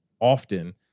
often